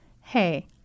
Hey